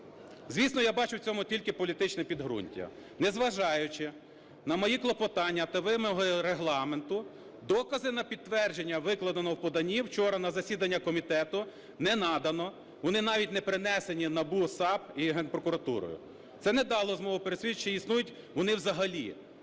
Звісно, я бачу в цьому тільки політичне підґрунтя. Незважаючи на мої клопотання та вимоги Регламенту, докази на підтвердження викладеного в поданні вчора на засідання комітету не надано, вони навіть не принесені НАБУ, САП і Генпрокуратурою. Це не дало змогу пересвідчитись, чи існують вони взагалі